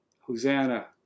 Hosanna